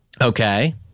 Okay